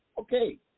Okay